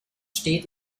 steht